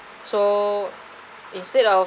so instead of